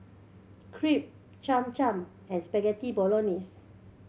Crepe Cham Cham and Spaghetti Bolognese